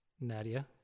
Nadia